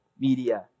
media